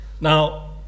Now